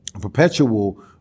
perpetual